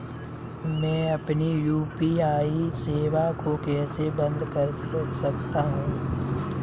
मैं अपनी यू.पी.आई सेवा को कैसे बंद कर सकता हूँ?